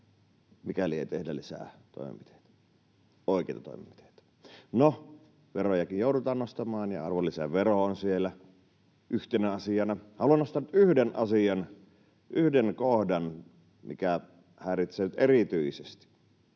lisää toimenpiteitä, oikeita toimenpiteitä. No, verojakin joudutaan nostamaan, ja arvonlisävero on siellä yhtenä asiana. Haluan nostaa yhden asian, yhden kohdan, mikä häiritsee nyt erityisesti